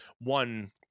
one